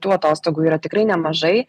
tų atostogų yra tikrai nemažai